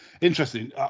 Interesting